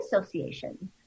association